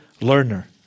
learner